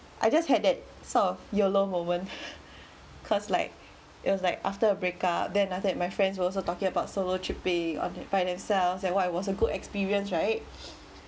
I just had that sort of YOLO moment cause like it was like after a break up then after that my friends were also talking about solo trip being on by themselves and why it was a good experience right